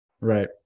right